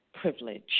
privilege